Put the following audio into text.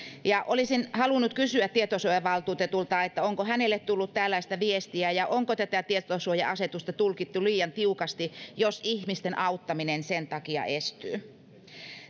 ja olisin halunnut kysyä tietosuojavaltuutetulta onko hänelle tullut tällaista viestiä ja onko tätä tietosuoja asetusta tulkittu liian tiukasti jos ihmisten auttaminen sen takia estyy